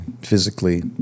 physically